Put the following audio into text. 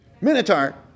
Minotaur